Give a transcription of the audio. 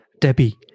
Debbie